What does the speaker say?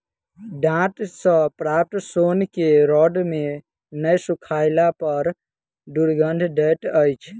डांट सॅ प्राप्त सोन के रौद मे नै सुखयला पर दुरगंध दैत अछि